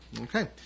okay